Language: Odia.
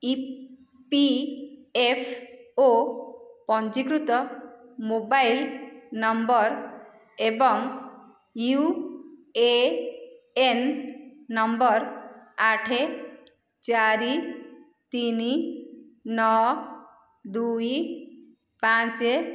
ଇ ପି ଏଫ୍ ଓ ପଞ୍ଜୀକୃତ ମୋବାଇଲ୍ ନମ୍ବର ଏବଂ ୟୁ ଏ ଏନ୍ ନମ୍ବର ଆଠ ଚାରି ତିନି ନଅ ଦୁଇ ପାଞ୍ଚ